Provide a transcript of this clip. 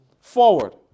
forward